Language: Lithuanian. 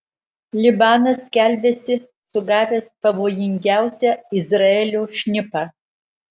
libanas skelbiasi sugavęs pavojingiausią izraelio šnipą